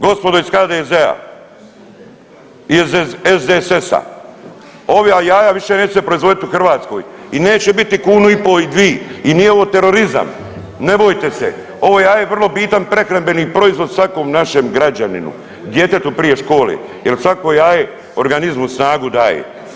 Gospodo iz HDZ-a i SDSS-a, ova jaja više neće se proizvoditi u Hrvatskoj i neće biti kunu i po i dvi i nije ovo terorizam, ne bojte se, ovo jaje je vrlo bitan prehrambeni proizvod svakom našem građaninu, djetetu prije škole jer svako jaje organizmu snagu daje.